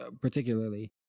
particularly